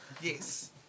Yes